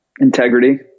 Integrity